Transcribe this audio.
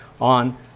on